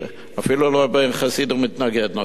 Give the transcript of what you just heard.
אפילו לא בין חסיד ומתנגד, נכון?